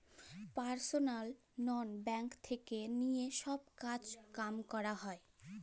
personal loan bank থেক্যে লিয়ে সব কাজ কাম ক্যরা যায়